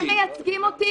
הם מייצגים אותי.